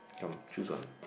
come choose one